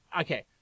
okay